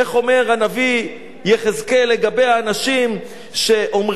איך אומר הנביא יחזקאל לגבי האנשים שאומרים,